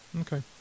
Okay